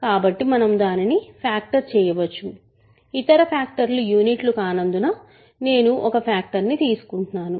కాబట్టి మనము దానిని ఫ్యాక్టర్ చేయవచ్చు ఇతర ఫ్యాక్టర్లు యూనిట్లు కానందున నేను ఒక ఫ్యాక్టర్ని తీసుకుంటున్నాను